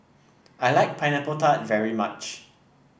I like Pineapple Tart very much